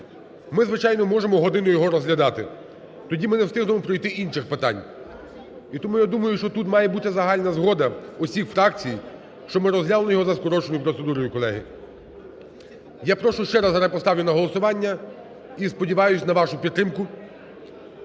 Ми, звичайно, можемо годину його розглядати. Тоді ми не встигнемо пройти інших питань. І тому я думаю, що тут має бути загальна згода усіх фракцій, щоб ми розглянули його за скороченою процедурою, колеги. Я прошу, ще раз зараз поставлю на голосування і сподіваюсь на вашу підтримку,